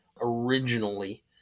originally